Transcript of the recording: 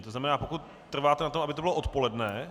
To znamená, pokud trváte na tom, aby to bylo odpoledne...